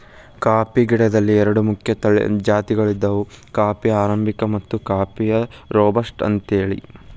coffee ಗಿಡಗಳಲ್ಲಿ ಎರಡು ಮುಖ್ಯ ಜಾತಿಗಳದಾವ ಕಾಫೇಯ ಅರಾಬಿಕ ಮತ್ತು ಕಾಫೇಯ ರೋಬಸ್ಟ ಅಂತೇಳಿ